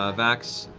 ah vax.